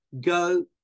go